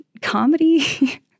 comedy